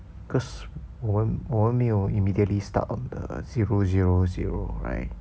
because 我们我们没有 immediately start on the zero zero zero right